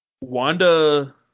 Wanda